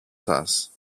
σας